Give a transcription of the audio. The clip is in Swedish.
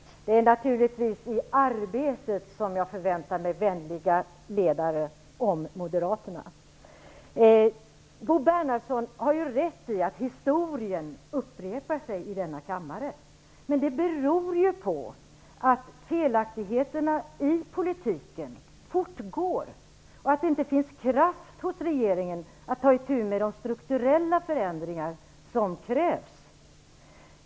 Herr talman! Det är naturligtvis i Arbetet som jag förväntar mig vänliga ledare om moderaterna. Bo Bernhardsson har rätt i att historien upprepar sig i denna kammare. Men det beror ju på att felaktigheterna i politiken fortgår, att det inte finns kraft hos regeringen att ta itu med de strukturella förändringar som krävs.